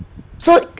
so